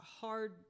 hard